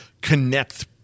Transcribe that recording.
connect